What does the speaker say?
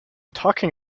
talking